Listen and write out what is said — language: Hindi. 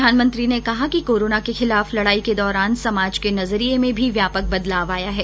प्रधानमंत्री ने कहा कि कोरोना के खिलाफ लड़ाई के दौरान समाज के नजरिये में भी व्यापक बदलाव आया है